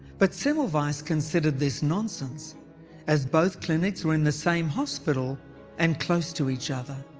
but semmelweis considered this nonsense as both clinics were in the same hospital and close to each other.